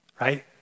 right